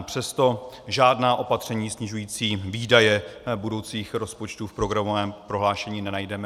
Přesto žádná opatření snižující výdaje budoucích rozpočtů v programovém prohlášení nenajdeme.